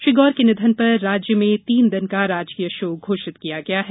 श्री गौर के निधन पर राज्य में तीन दिन का राजकीय शोक घोषित किया गया है